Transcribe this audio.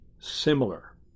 similar